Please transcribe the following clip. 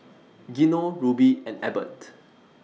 Gino Ruby and Ebert